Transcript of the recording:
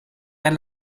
per